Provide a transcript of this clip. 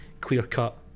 clear-cut